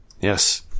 yes